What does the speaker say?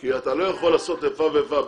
כי אתה לא יכול לעשות איפה ואיפה.